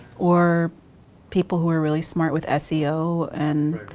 or people who are really smart with seo. and